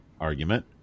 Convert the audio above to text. argument